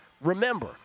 Remember